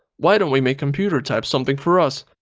why don't we make computer type something for us?